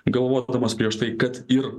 galvodamas prieš tai kad ir